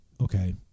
Okay